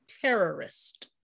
terrorist